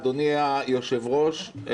אדוני היושב-ראש,